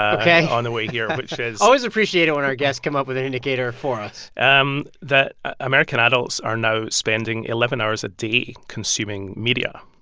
ok. on the way here, which is. always appreciate it when our guests come up with an indicator for us. um that american adults are now spending eleven hours a day consuming media.